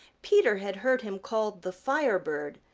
peter had heard him called the firebird,